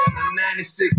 96